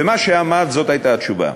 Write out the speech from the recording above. ומה שאמרת, זאת הייתה התשובה: